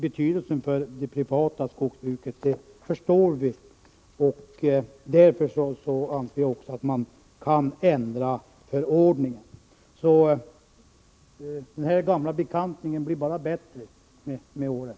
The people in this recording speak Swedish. Betydelsen för det privata skogsbruket förstår vi, och därför anser vi också att man kan ändra förordningen. Den här gamla bekantingen blir bara bättre med åren.